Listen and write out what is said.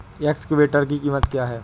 Excavator की कीमत क्या है?